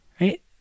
right